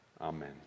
Amen